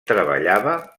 treballava